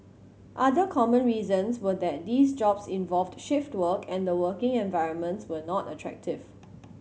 other common reasons were that these jobs involved shift work and the working environments were not attractive